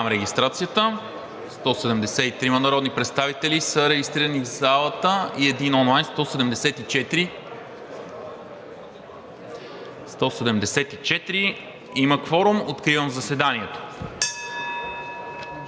Има кворум. Откривам заседанието.